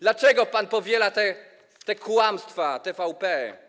Dlaczego pan powiela te kłamstwa TVP?